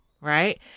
right